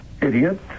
idiot